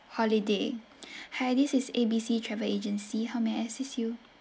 holiday hi this is a b c travel agency how may I assist you